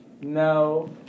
No